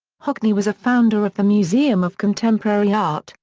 hockney was a founder of the museum of contemporary art,